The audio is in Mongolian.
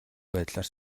байдлаар